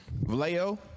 Vallejo